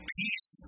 peace